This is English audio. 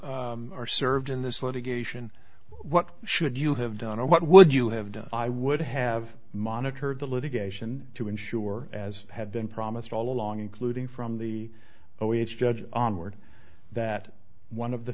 are served in this litigation what should you have done or what would you have done i would have monitored the litigation to ensure as had been promised all along including from the oh it's judge on board that one of the